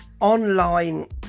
online